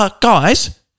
Guys